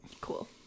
Cool